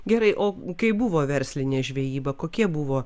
gerai o kai buvo verslinė žvejyba kokie buvo